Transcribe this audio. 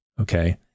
Okay